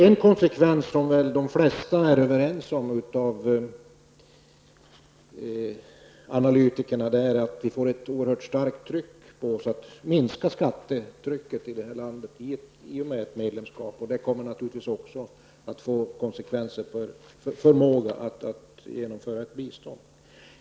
En konsekvens som väl de flesta av analytikerna är överens om är att vi i och med ett medlemskap får ett oerhört starkt tryck på oss att minska skattetrycket här i landet, och det kommer naturligtvis också att få konsekvenser för förmågan att genomföra ett bistånd.